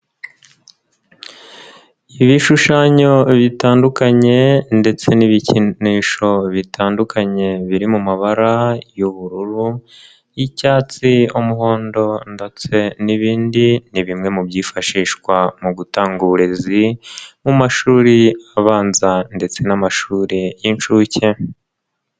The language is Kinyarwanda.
Ibishushanyo bitandukanye ndetse n'ibikinisho bitandukanye biri mu mabara y'ubururu y'icyatsi umuhondo ndetse n'ibindi, ni bimwe mu byifashishwa mu gutanga uburezi mu mashuri abanza ndetse n'amashuri y'inshuke.